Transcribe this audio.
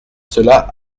cela